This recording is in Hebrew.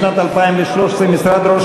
משרד ראש